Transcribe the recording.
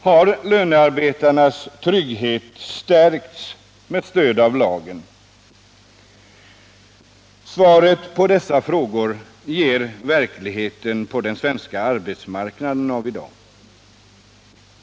Har lönearbetarnas trygghet stärkts med stöd av lagen? Svaren på dessa frågor ger verkligheten på den svenska arbetsmarknaden av i dag.